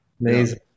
amazing